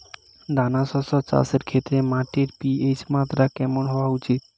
দানা শস্য চাষের ক্ষেত্রে মাটির পি.এইচ মাত্রা কেমন হওয়া উচিৎ?